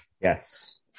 Yes